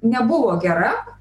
nebuvo gera